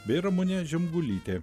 bei ramunė žemgulytė